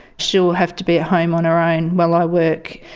she'll have to be at home on her own while i work,